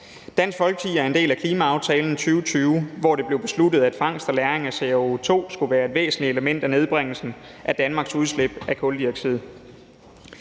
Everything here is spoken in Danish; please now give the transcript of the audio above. Dansk Folkeparti er en del af klimaaftalen fra 2020, hvor det blev besluttet, at fangst og lagring af CO2 skulle være et væsentligt element i nedbringelsen af Danmarks udslip af kuldioxid.